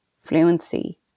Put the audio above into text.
fluency